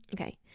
Okay